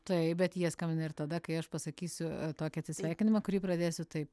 taip bet jie skambina ir tada kai aš pasakysiu a tokį atsisveikinimą kurį pradėsiu taip